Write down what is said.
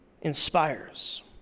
inspires